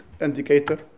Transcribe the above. indicator